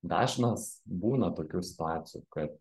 dažnas būna tokių situacijų kad